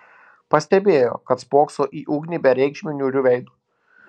pastebėjo kad spokso į ugnį bereikšmiu niūriu veidu